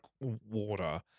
water